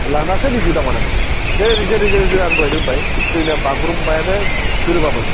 लानासो निजि दावगानांगोन बे निजे निजेनो जों आं दहायनो होनबाय जोंना बागुरुम्बायानो गोरोबामोन